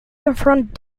confront